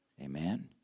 Amen